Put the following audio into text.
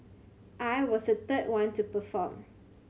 I was the third one to perform